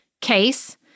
case